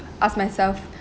ask myself